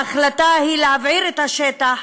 ההחלטה היא להבעיר את השטח,